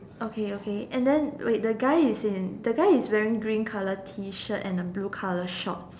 okay okay and then wait the guy is in the guy is wearing green colour T-shirt and blue colour shorts